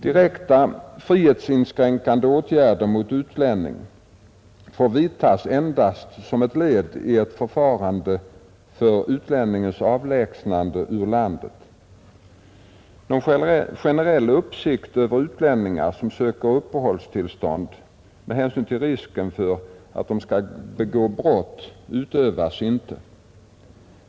Direkta frihetsinskränkande åtgärder mot utlänning får vidtas endast som ett led i ett förfarande för utlänningens avlägsnande ur landet. Någon generell uppsikt över utlänningar, som söker uppehållstillstånd, med hänsyn till risken för att de skall begå brott utövas inte.